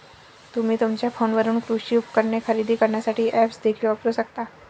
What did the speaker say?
तुम्ही तुमच्या फोनवरून कृषी उपकरणे खरेदी करण्यासाठी ऐप्स देखील वापरू शकता